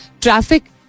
Traffic